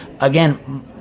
Again